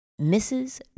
Mrs